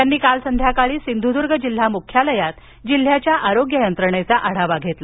त्यांनी काल सायंकाळी सिंधुद्र्ग जिल्हा मुख्यालयात जिल्ह्याच्या आरोग्य यंत्रणेचा आढावा घेतला